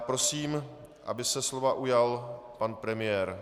Prosím, aby se slova ujal pan premiér.